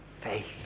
faith